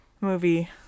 movie